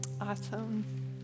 Awesome